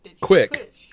quick